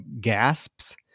gasps